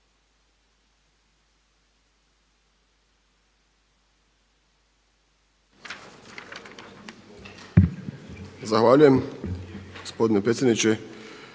Zahvaljujem gospodine potpredsjedniče.